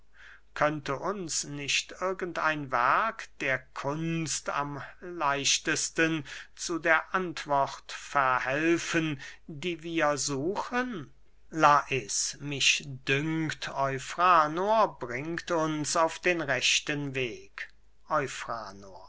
könnte uns nicht irgend ein werk der kunst am leichtesten zu der antwort verhelfen die wir suchen lais mich dünkt eufranor bringt uns auf den rechten weg